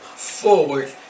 Forward